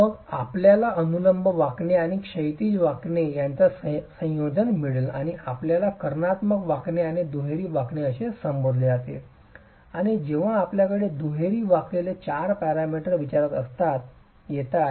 मग आपल्याला अनुलंब वाकणे आणि क्षैतिज वाकणे यांचे संयोजन मिळेल आणि त्याला कर्णात्मक वाकणे किंवा दुहेरी वाकणे असे संबोधले जाते आणि जेव्हा आपल्याकडे दुहेरी वाकलेले 4 पॅरामीटर्स आता विचारात येतात